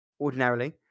ordinarily